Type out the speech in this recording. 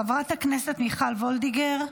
חברת הכנסת מיכל וולדיגר,